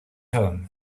home